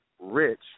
rich